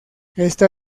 esta